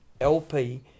LP